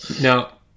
Now